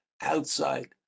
outside